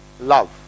love